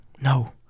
No